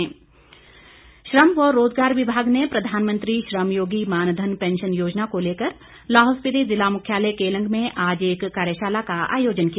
मानधन श्रम व रोजगार विभाग ने प्रधानमंत्री श्रमयोगी मानधन पेंशन योजना को लेकर लाहौल स्पीति जिला मुख्यालय केलंग में आज एक कार्यशाला का आयोजन किया